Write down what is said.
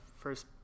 first